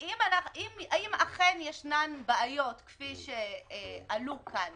אם אכן ישנן בעיות, כפי שעלו כאן,